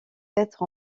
être